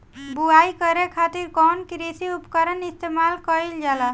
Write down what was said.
बुआई करे खातिर कउन कृषी उपकरण इस्तेमाल कईल जाला?